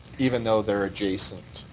even though their adjacent?